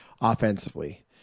offensively